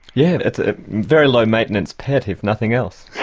yeah it's a very low maintenance pet if nothing else.